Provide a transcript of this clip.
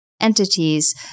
entities